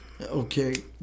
Okay